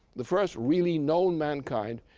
the first, really known mankind,